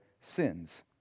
sins